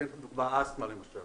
אסתמה, למשל